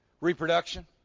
reproduction